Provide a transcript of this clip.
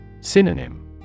Synonym